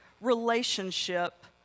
relationship